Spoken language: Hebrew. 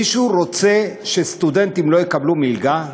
מישהו רוצה שסטודנטים לא יקבלו מלגה?